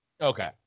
Okay